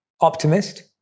optimist